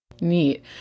Neat